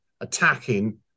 attacking